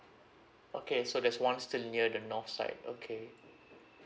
okay so that's one still near the north side okay